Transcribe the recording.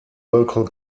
local